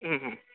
ह्म् ह्म्